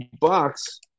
bucks